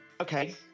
Okay